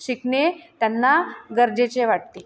शिकणे त्यांना गरजेचे वाटते